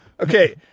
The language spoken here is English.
Okay